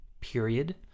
period